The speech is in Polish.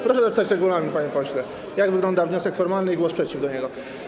Proszę doczytać regulamin, panie pośle, jak wygląda wniosek formalny i głos przeciw do niego.